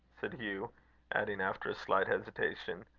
said hugh adding, after a slight hesitation,